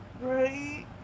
Right